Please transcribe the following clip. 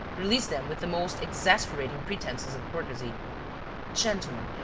released them with the most exasperating pretences of courtesy gentlemen,